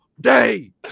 day